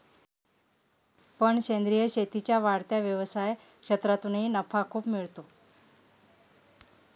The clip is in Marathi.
पण सेंद्रीय शेतीच्या वाढत्या व्यवसाय क्षेत्रातूनही नफा खूप मिळतो